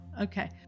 okay